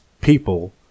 people